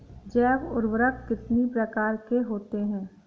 जैव उर्वरक कितनी प्रकार के होते हैं?